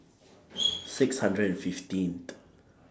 six hundred and fifteenth